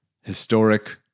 historic